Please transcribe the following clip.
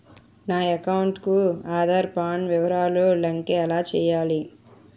నా అకౌంట్ కు ఆధార్, పాన్ వివరాలు లంకె ఎలా చేయాలి?